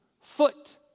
Foot